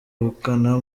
ubukana